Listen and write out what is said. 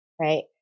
right